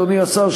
אדוני השר,